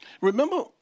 Remember